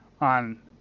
on